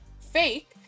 fake